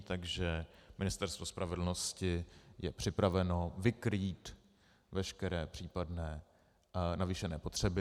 Takže Ministerstvo spravedlnosti je připraveno vykrýt veškeré případné navýšené potřeby.